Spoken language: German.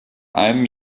einem